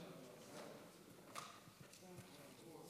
נתקבלה.